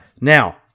Now